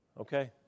okay